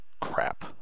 crap